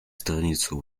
страницу